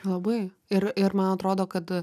labai ir ir man atrodo kad